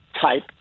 type